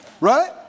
Right